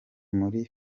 muri